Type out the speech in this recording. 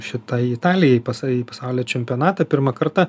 šitą į italiją į pasai pasaulio čempionatą pirmą kartą